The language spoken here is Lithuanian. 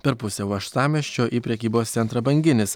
per pusę uostamiesčio į prekybos centrą banginis